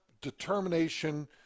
determination